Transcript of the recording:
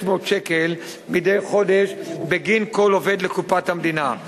שקל מדי חודש בגין כל עובד לקופת המדינה.